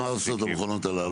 מה עושות המכונות הללו?